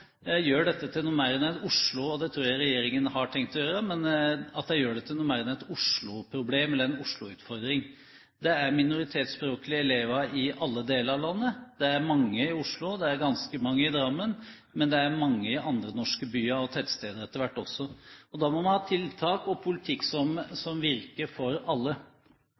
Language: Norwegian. gjør dette til noe mer enn et Oslo-problem eller en Oslo-utfordring, og det tror jeg regjeringen har tenkt å gjøre. Det er minoritetsspråklige elever i alle deler av landet. Det er mange i Oslo, det er ganske mange i Drammen, men det er mange i andre norske byer og tettsteder etter hvert også. Da må man ha tiltak og politikk som virker for alle.